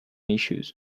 issues